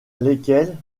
lesquelles